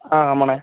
ஆ ஆமாண்ணா